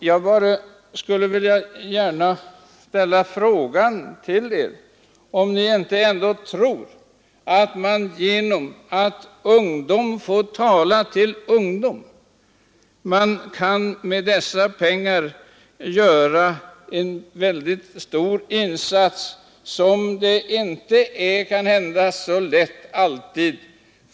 Jag skulle gärna vilja fråga om ni ändå inte tror att man, genom att ungdom får tala till ungdom, med dessa pengar kan göra en mycket stor insats.